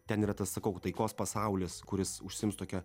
ten yra tas sakau taikos pasaulis kuris užsiims tokia